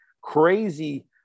crazy